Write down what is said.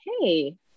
Hey